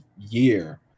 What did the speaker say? year